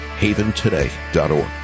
HavenToday.org